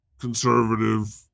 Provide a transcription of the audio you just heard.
conservative